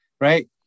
right